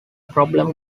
problem